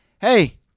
hey